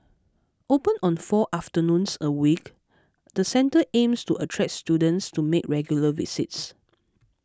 open on four afternoons a week the centre aims to attract students to make regular visits